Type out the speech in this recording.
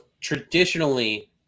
traditionally